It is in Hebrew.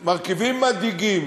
אלה מרכיבים מדאיגים